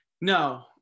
No